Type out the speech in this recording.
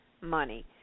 money